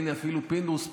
הינה, אפילו פינדרוס פה.